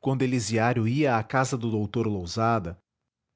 quando elisiário ia à casa do dr lousada